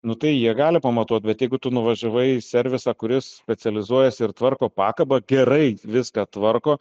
nu tai jie gali pamatuot bet jeigu tu nuvažiavai į servisą kuris specializuojasi ir tvarko pakabą gerai viską tvarko